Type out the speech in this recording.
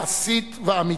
מעשית ואמיתית.